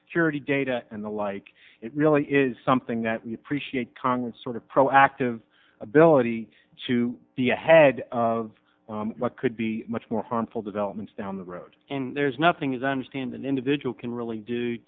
security data and the like it really is something that we appreciate congress sort of proactive ability to be ahead of what could be much more harmful developments down the road and there's nothing is understand an individual can really do